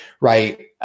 Right